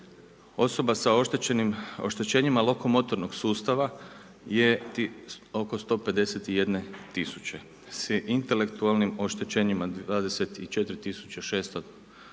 Osoba sa oštećenjima lokomotornog sustava je oko 151 tisuće. Sa intelektualnim oštećenjima 24